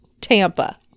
Tampa